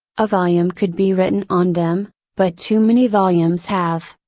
a volume could be written on them, but too many volumes have.